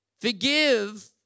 Forgive